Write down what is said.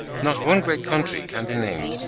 not one great country can be named,